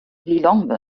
lilongwe